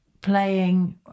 playing